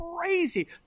crazy